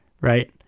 right